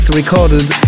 recorded